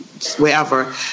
Wherever